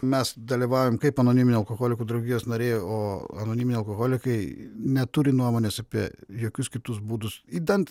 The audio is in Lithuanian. mes dalyvaujam kaip anoniminių alkoholikų draugijos nariai o anoniminiai alkoholikai neturi nuomonės apie jokius kitus būdus idant